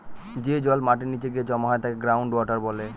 যে জল মাটির নীচে গিয়ে জমা হয় তাকে গ্রাউন্ড ওয়াটার বলে